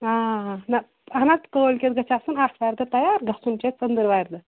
آ نہَ اَہَن حظ کٲلۍکٮ۪تھ گژھِ آسُن آتھوارِ دۄہ تیار گژھُن چھُ اَسہِ ژٔنٛدٕر وَارٕ دۄہ